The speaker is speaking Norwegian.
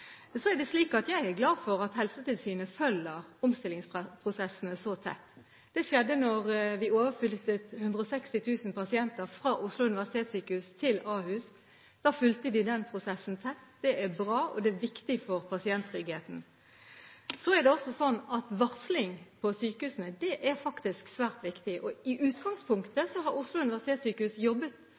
Jeg er glad for at Helsetilsynet følger omstillingsprosessene så tett. Det skjedde da vi flyttet 160 000 pasienter fra Oslo universitetssykehus over til Akershus universitetssykehus. Da fulgte de den prosessen tett. Det er bra, og det er viktig for pasienttryggheten. Varsling på sykehusene er faktisk svært viktig. I utgangspunktet har Oslo universitetssykehus jobbet